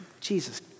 Jesus